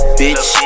bitch